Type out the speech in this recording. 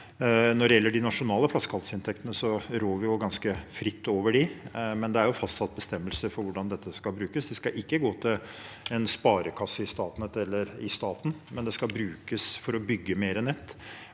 Når det gjelder de nasjonale flaskehalsinntektene, rår vi ganske fritt over dem, men det er fastsatt bestem melser for hvordan de skal brukes. De skal ikke gå til en sparekasse i Statnett eller i staten, men de skal brukes for å bygge mer nett